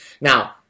Now